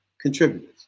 contributors